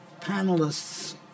panelists